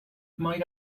might